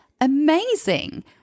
amazing